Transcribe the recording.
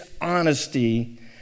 honesty